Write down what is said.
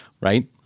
right